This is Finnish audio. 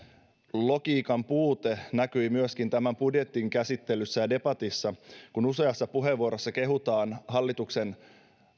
logiikan puute näkyi myöskin tämän budjetin käsittelyssä debatissa kun useassa puheenvuorossa kehutaan hallituksen